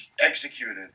executed